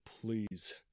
Please